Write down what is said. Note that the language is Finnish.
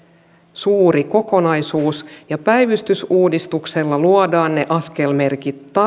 suuri kokonaisuus ja päivystysuudistuksella luodaan ne askelmerkit